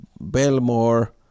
Belmore